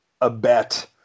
abet